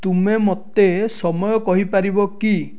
ତୁମେ ମୋତେ ସମୟ କହିପାରିବ କି